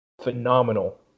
phenomenal